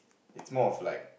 it's more of like